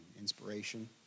inspiration